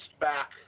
back